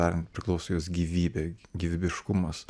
ar priklauso jos gyvybė gyvybiškumas